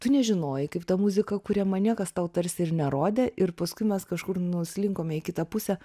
tu nežinojai kaip ta muzika kuriama niekas tau tarsi ir nerodė ir paskui mes kažkur nuslinkome į kitą pusę